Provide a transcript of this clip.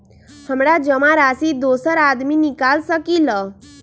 हमरा जमा राशि दोसर आदमी निकाल सकील?